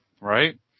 right